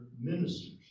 ministers